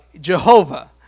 Jehovah